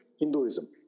Hinduism